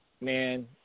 man